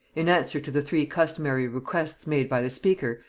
in answer to the three customary requests made by the speaker,